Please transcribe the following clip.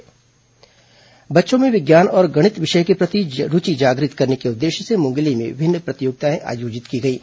मंगेली प्रतियोगिता बच्चों में विज्ञान और गणित विषय के प्रति रूचि जागृत करने के उद्देश्य से मुंगेली में विभिन्न प्रतियोगिताए आयोजित की गईं